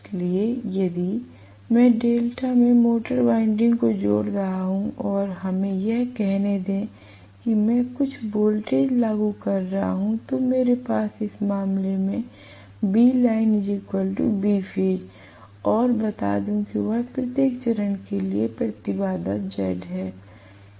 इसलिए यदि मैं डेल्टा में मोटर वाइंडिंग को जोड़ रहा हूं और हमें यह कहने दें कि मैं कुछ वोल्टेज लागू कर रहा हूं तो मेरे पास इस मामले में है और बता दूं कि वह प्रत्येक चरण के लिए प्रतिबाधा Z है